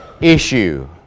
issue